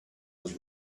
was